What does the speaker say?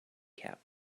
cap